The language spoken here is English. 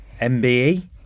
MBE